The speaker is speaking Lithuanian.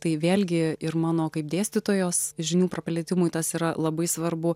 tai vėlgi ir mano kaip dėstytojos žinių praplėtimui tas yra labai svarbu